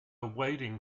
waiting